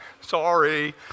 Sorry